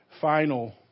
final